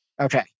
Okay